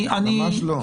ממש לא.